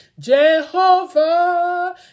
Jehovah